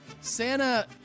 Santa